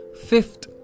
Fifth